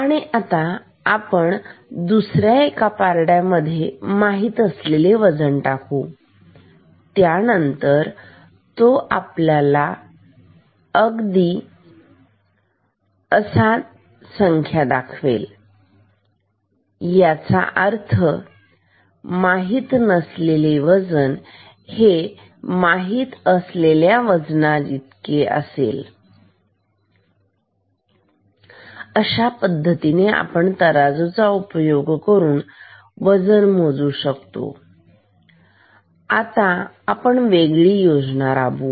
आणि दुसर्या एका पारड्यामध्ये माहीत असलेले वजन टाका आणि त्यानंतर तो आपल्याला संख्या दाखवेल याचा अर्थ माहित नसलेले वजन हे माहीत असलेल्या वजना इतकी आहे अशा पद्धतीने आपण तराजू चा उपयोग करून वजन मोजू शकतो आता आपण वेगळी योजना राबवू